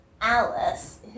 Alice